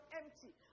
empty